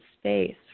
space